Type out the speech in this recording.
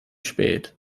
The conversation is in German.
spät